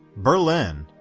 berlin,